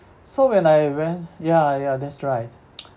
so when I went ya ya that's right